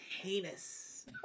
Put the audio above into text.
heinous